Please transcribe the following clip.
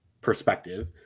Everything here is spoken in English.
perspective